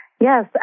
Yes